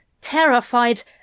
terrified